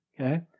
okay